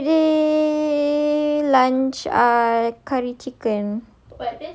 adik everyday lunch ah curry chicken